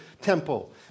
temple